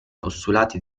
postulati